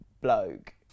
bloke